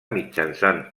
mitjançant